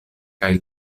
kaj